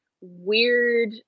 weird